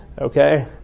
okay